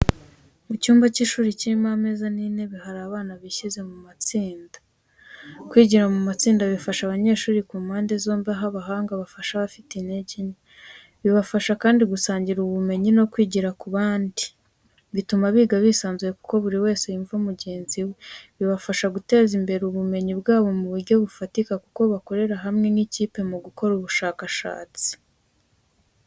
Mu cyumba cy'ishuri kirimo ameza n'intebe hari abana bishyize mu matsinda. Kwigira mu matsinda bifasha abanyeshuri ku mpande zombi aho abahanga bafasha abafite intege nke, bibafasha kandi gusangira ubumenyi no kwigira ku bandi. Bituma biga bisanzuye kuko buri wese yumva mugenzi we. Bibafasha guteza imbere ubumenyi bwabo mu buryo bufatika kuko bakorera hamwe nk’ikipe mu gukora ubushakashatsi.